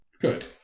Good